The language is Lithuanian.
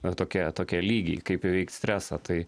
ten tokie tokie lygiai kaip įveikt stresą tai